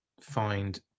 find